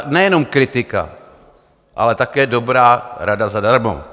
Nejenom kritika, ale také dobrá rada zadarmo.